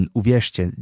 uwierzcie